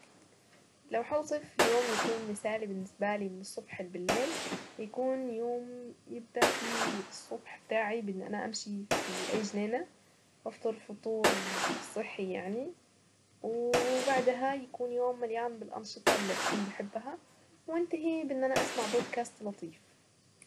لو هوصف يوم يكون مثالي بالنسبة لي من الصبح لبليل يكون يوم يبدأ فيه الصبح بتاعي بأن انا امشي في اي جنينة وافطر فطور صحي يعني وبعدها يكون يوم مليان بالانشطة اللي بكون بحبها وينتهي بان انا اسمع بودكاست لطيف.